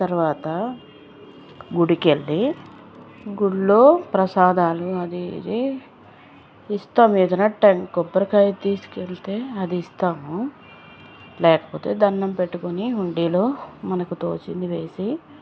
తరువాత గుడికెళ్ళి గుళ్ళో ప్రసాదాలు అదీ ఇదీ ఇస్తాము ఏదైనా టెం కొబ్బరికాయ తీసుకెళ్తే అది ఇస్తాము లేకపోతే దండం పెట్టుకుని హుండీలో మనకు తోచింది వేసి